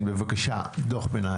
ארז, תמשיך בבקשה בקיצור.